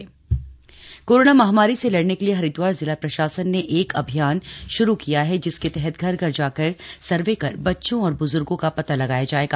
अभियान हरिदवार कोरोना महामारी से लड़ने के लिए हरिदवार जिला प्रशासन ने एक अभियान शुरू किया है जिसके तहत घर घर जाकर सर्वे कर बच्चों और ब्ज्र्गों का पता लगाया जाएगा